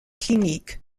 cliniques